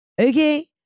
Okay